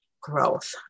growth